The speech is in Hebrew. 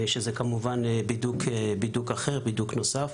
שזה כמובן בידוק אחר ונוסף.